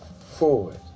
forward